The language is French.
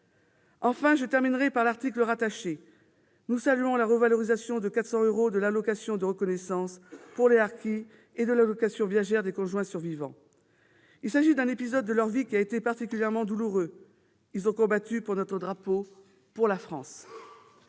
Enfin, je terminerai par l'article 73, rattaché à la mission. Nous saluons la revalorisation de 400 euros de l'allocation de reconnaissance pour les harkis et de l'allocation viagère des conjoints survivants. Il s'agit d'un épisode de leur vie qui a été particulièrement douloureux. Ils ont combattu pour notre drapeau, pour la France.